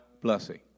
blessing